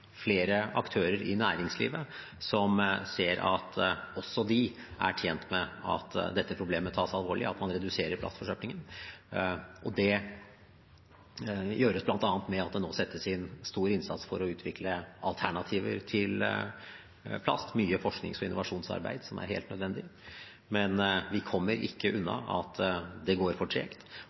at også de er tjent med at man reduserer plastforsøplingen, og at dette problemet tas alvorlig. Det gjøres bl.a. ved at det nå settes inn en stor innsats for å utvikle alternativer til plast, det er mye forsknings- og innovasjonsarbeid, som er helt nødvendig. Men vi kommer ikke unna at det går for tregt,